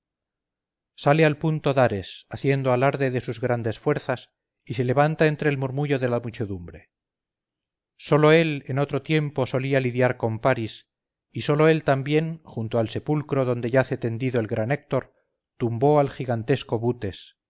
sale al punto dares haciendo alarde de sus grandes fuerzas y se levanta entre el murmullo de la muchedumbre sólo él en otro tiempo solía lidiar con paris y sólo él también junto al sepulcro donde yace tendido el gran héctor tumbó al gigantesco butes